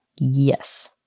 Yes